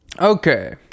Okay